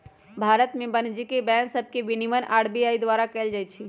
भारत में वाणिज्यिक बैंक सभके विनियमन आर.बी.आई द्वारा कएल जाइ छइ